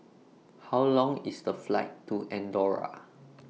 How Long IS The Flight to Andorra